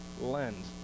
lens